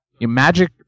magic